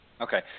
Okay